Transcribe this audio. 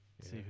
See